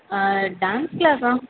ஆ dance க்ளாஸ்ஸா